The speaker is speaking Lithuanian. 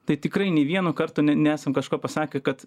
tai tikrai nei vieno karto nesam kažko pasakę kad